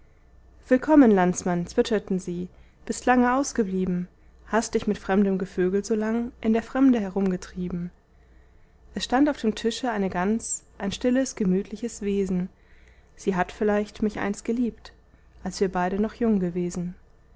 willkommen landsmann zwitscherten sie bist lange ausgeblieben hast dich mit fremdem gevögel so lang in der fremde herumgetrieben es stand auf dem tische eine gans ein stilles gemütliches wesen sie hat vielleicht mich einst geliebt als wir beide noch jung gewesen